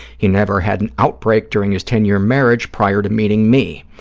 he never had an outbreak during his ten year marriage prior to meeting me.